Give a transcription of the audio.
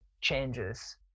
changes